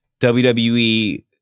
WWE